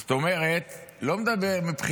זאת אומרת, אני לא מדבר דווקא